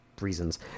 reasons